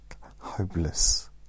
Hopeless